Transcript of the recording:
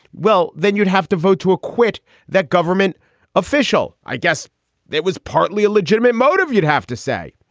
well, then you'd have to vote to acquit that government official. i guess that was partly a legitimate motive, you'd have to say.